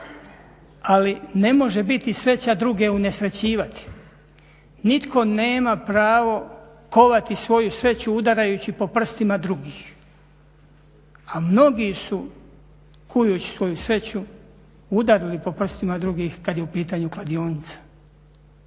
ali ne može biti sreća druge unesrećivati. Nitko nema pravo kovati svoju sreću udarajući po prstima drugih. A mnogi su kujući svoju sreću udarili po prstima drugih kad je u pitanju kladionica.